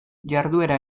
jarduera